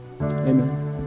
Amen